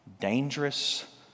dangerous